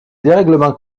dérèglement